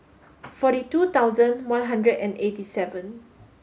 forty two thousand one hundred and eighty seven